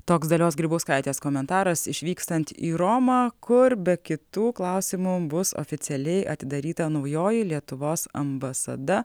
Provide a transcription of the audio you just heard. toks dalios grybauskaitės komentaras išvykstant į romą kur be kitų klausimų bus oficialiai atidaryta naujoji lietuvos ambasada